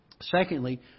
Secondly